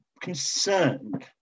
concerned